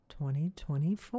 2024